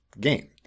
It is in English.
game